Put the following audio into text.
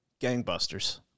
gangbusters